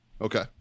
Okay